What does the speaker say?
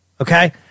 Okay